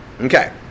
Okay